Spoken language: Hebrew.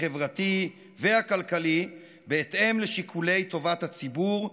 החברתי והכלכלי בהתאם לשיקולי טובת הציבור,